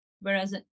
Whereas